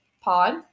pod